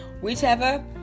whichever